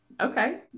okay